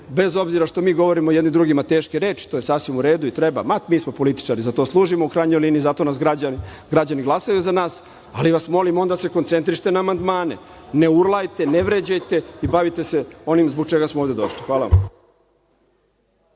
bez obzira što mi govorimo jedni drugima teške reći, to je sasvim u redu, i treba, mi smo političari i za to služimo u krajnjoj liniji i zato građani glasaju za vas, ali vas molim da se onda koncentrišete na amandmane, ne urlajte, ne vređajte i bavite se onim zbog čega smo ovde došli. Hvala vam.